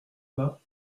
pas